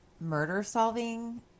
murder-solving